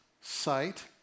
Sight